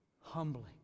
Humbling